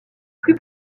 plus